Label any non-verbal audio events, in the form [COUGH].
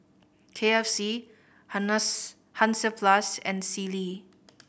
K F C [UNINTELLIGIBLE] Hansaplast and Sealy